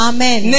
Amen